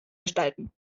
gestalten